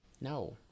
No